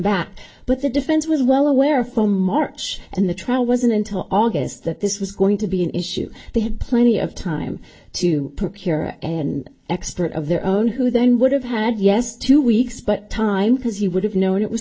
back but the defense was well aware from march and the trial wasn't until august that this was going to be an issue they had plenty of time to procure an expert of their own who then would have had yes two weeks but time because he would have known it was